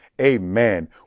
amen